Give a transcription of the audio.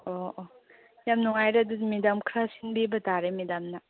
ꯑꯣ ꯑꯣ ꯌꯥꯝ ꯅꯨꯡꯉꯥꯏꯔꯦ ꯑꯗꯨꯗꯤ ꯃꯦꯗꯥꯝ ꯈꯔ ꯁꯤꯟꯕꯤꯕ ꯇꯥꯔꯦ ꯃꯦꯗꯥꯝꯅ